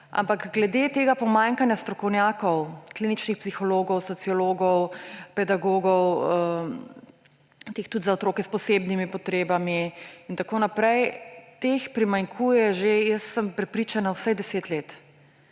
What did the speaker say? ampak glede tega pomanjkanja strokovnjakov, kliničnih psihologov, sociologov, pedagogov, teh tudi za otroke s posebnimi potrebami in tako naprej. Teh primanjkuje že, sem prepričana, vsaj 10 let.